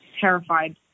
terrified